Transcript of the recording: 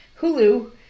Hulu